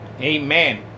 Amen